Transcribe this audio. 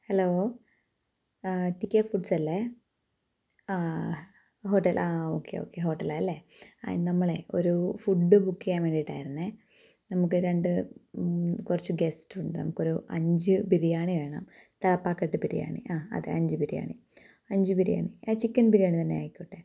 hello T K foods അല്ലെ hotel ആ okay okay ഹോട്ടലാണ് അല്ലേ ആ നമ്മളെ ഒരു ഫുഡ്ഡ് ബുക്ക് ചെയ്യാൻ വേണ്ടിയിട്ടായിരുന്നേ നമുക്ക് രണ്ട് കുറച്ച് ഗസ്റ്റ് ഉണ്ട് നമുക്ക് ഒരു അഞ്ച് ബിരിയാണി വേണം താപ്പാക്കെട്ട് ബിരിയാണി ആ അതെ അഞ്ച് ബിരിയാണി അഞ്ച് ബിരിയാണി ചിക്കൻ ബിരിയാണി തന്നെ ആയിക്കോട്ടെ